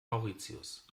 mauritius